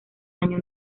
año